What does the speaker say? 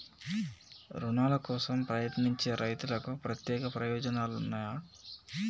రుణాల కోసం ప్రయత్నించే రైతులకు ప్రత్యేక ప్రయోజనాలు ఉన్నయా?